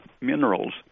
minerals